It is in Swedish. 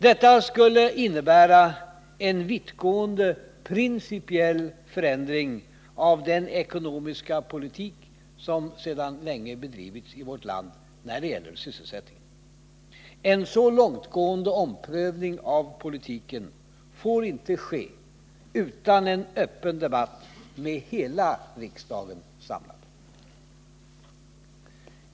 Detta skulle innebära en vittgående principiell förändring av den ekonomiska politik som sedan länge har bedrivits i vårt land när det gäller sysselsättningen. En så långtgående omprövning av politiken får inte ske utan en öppen debatt med hela riksdagen samlad.